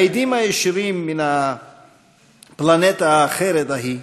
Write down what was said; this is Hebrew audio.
העדים הישירים מן "הפלנטה האחרת" ההיא